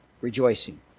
rejoicing